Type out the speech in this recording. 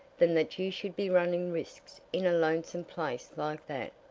than that you should be running risks in a lonesome place like that,